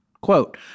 Quote